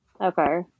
Okay